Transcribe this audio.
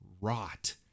rot